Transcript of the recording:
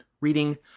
reading